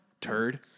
Turd